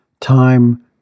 time